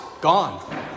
gone